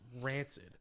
rancid